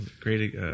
Great